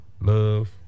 love